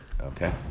Okay